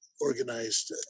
organized